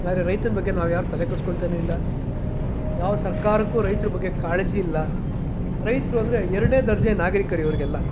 ಯಾರೇ ರೈತನ ಬಗ್ಗೆ ನಾವ್ಯಾರು ತಲೆ ಕೆಡಿಸ್ಕೊಳ್ತಾನೆ ಇಲ್ಲ ಯಾವ ಸರ್ಕಾರಕ್ಕೂ ರೈತರ ಬಗ್ಗೆ ಕಾಳಜಿ ಇಲ್ಲ ರೈತರು ಅಂದರೆ ಎರಡನೇ ದರ್ಜೆ ನಾಗರೀಕರು ಇವರಿಗೆಲ್ಲ